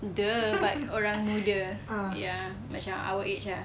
!duh! but orang muda ya macam our age ah